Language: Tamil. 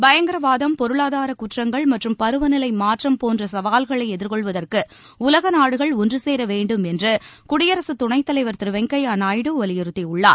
பயங்கரவாதம் பொருளாதார குற்றங்கள் மற்றும் பருவநிலை மாற்றம் போன்ற சவால்களை எதிர்கொள்வதற்கு உலக நாடுகள் ஒன்று சேர வேண்டும் என்று குடியரசு துணைத் தலைவர் திரு வெங்கையா நாயுடு வலியுறுத்தியுள்ளார்